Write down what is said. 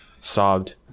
sobbed